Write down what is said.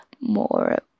more